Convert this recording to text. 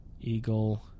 Eagle